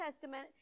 Testament